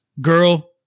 Girl